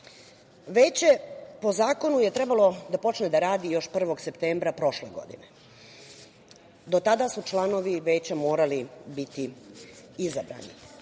po zakonu je trebalo da počne da radi još 1. septembra prošle godine. Do tada su članovi Veća morali biti izabrani.